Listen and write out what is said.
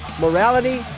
morality